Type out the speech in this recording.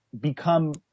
become